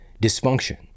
dysfunction